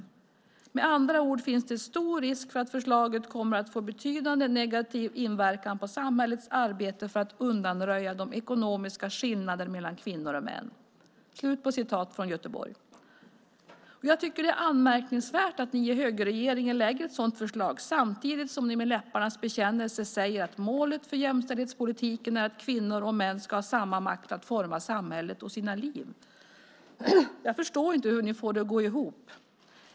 Med andra ord finns det stor risk för att förslaget kommer att få betydande negativ inverkan på samhällets arbete för att undanröja de ekonomiska skillnaderna mellan kvinnor och män." Jag tycker att det är anmärkningsvärt att ni i högerregeringen lägger fram ett sådant förslag samtidigt som ni i en läpparnas bekännelse säger att målet för jämställdhetspolitiken är att kvinnor och män ska ha samma makt att forma samhället och sina liv. Jag förstår inte hur ni får det att gå ihop.